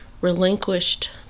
relinquished